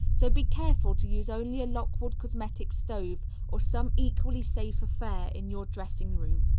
so be careful to use only a lockwood cosmetic stove or some equally safe affair in your dressing room.